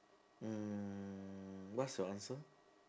mm what's your answer